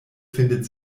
findet